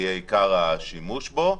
יהיה עיקר השימוש בו,